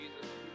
Jesus